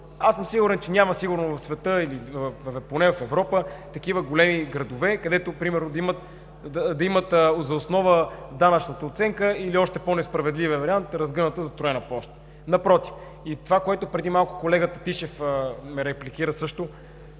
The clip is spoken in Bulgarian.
че няма сигурно в света или поне в Европа такива големи градове, където примерно да имат за основа данъчната оценка, или още по несправедливия вариант, разгъната застроена площ. Напротив. И това, което преди малко колега Тишев ме репликира също.